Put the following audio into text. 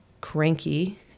cranky